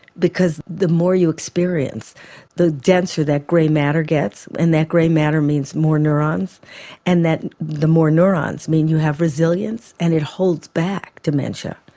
because the more you experience the denser that grey matter gets and that grey matter means more neurons and the more neurons mean you have resilience and it holds back dementia.